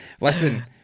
Listen